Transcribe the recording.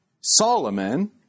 Solomon